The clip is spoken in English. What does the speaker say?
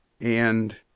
And